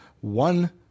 one